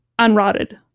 unrotted